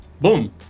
boom